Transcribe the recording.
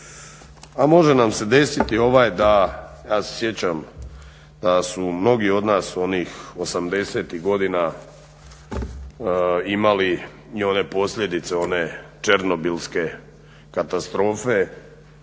a može nam se desiti ovaj, ja se sjećam da su mnogi od nas onih 80-tih godina imali i one posljedice, one černobilske katastrofe